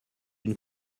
une